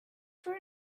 for